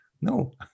no